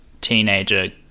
teenager